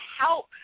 help